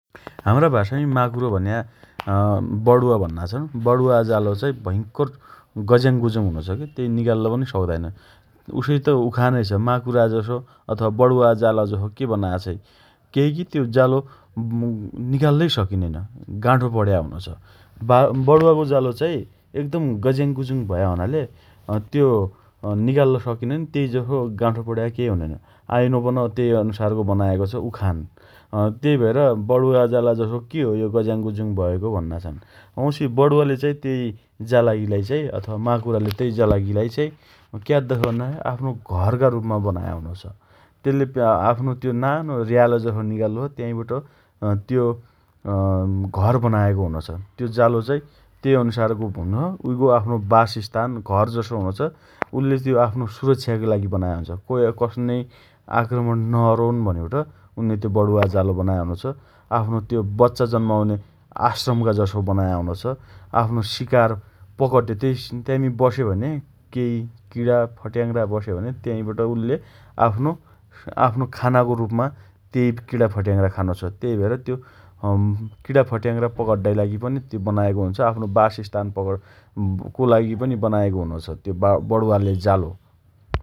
हाम्रा भाषामी माकुरो भन्या अँ बणुवा भन्ना छन् । बणुवा जालो भयंकर गज्याङगुजुङ हुन्छ के । तेइ निकाल्ल पन सक्ताइन । उसै त उखान छनाइ छ । माकुरा जसो अथवा बणुवा जाला जसो के बनाया छइ । केइ की त्यो जालो म्मू निकाल्लै सकिनैन् । गाँठो पण्या हुनो छ । बा बणुवाको जालो चाइ एकदम गज्याङगुजुङ भया हुनाले अँ त्यो अँ निकाल्ल सकिनैन । तेइ जसो गाँठो पण्या केइ हुनैन । आइनो पन तेइ अनुसारको बनाएको छ, उखान । अँ तेइ भएर बणुवा जाला जसो के हो यो गज्याङगुजुङ भएको भन्ना छन् । वाउँछि बणुवाले तेइ जालाइ लागि चाइ अथवा माकुराले तेइ जालाई क्याद्द छ भन्या आफ्नो घरका रुपमा बनाया हुनो छ । तेल्ले अँ आफ्नो त्यो नानो र्याल जसो निकाल्लो छ । त्याँइबट अँ त्यो अँ घर बनाएको हुनो छ । त्यो जालो चाइ त्यइ अनुसारको हुनो छ । उइको आफ्नो वासस्थान घर जसो हुनो छ । उल्ले त्यो आफ्नो सुरक्षाका लागि बनाया हुनो छ । कोइ कन्नेइ आक्रमण नअरुन भनिबट उन्ने त्यो बणुवा जालो बनाया हुनो छ । आफ्नो त्यो बच्चा जन्माउने आश्रम जसो बनाया हुनो छ । आफ्नो शिकार पकड्डे । तेइ त्याइमी बसे भने केइ किणा फट्याङ्ग्रहरू बसे भने तेइबाट उल्ले आफ्नो आफ्नो खानाको रुपमा तेइ किणा फट्याङ्ग्रा खानो छ । तेइ भएर त्यो अँ म् किरा फट्याङग्रा पकड्डाइ लागि पन त्यो बनाया हुनो छ । आफ्नो वासस्थान पकण् को लागि पनि बनाया हुनो छ । त्यो बणुवााले जालो ।